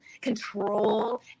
control